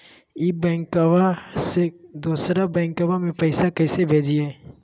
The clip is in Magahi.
ई बैंकबा से दोसर बैंकबा में पैसा कैसे भेजिए?